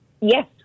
Yes